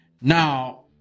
now